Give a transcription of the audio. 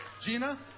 Gina